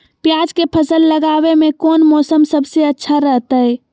प्याज के फसल लगावे में कौन मौसम सबसे अच्छा रहतय?